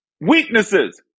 Weaknesses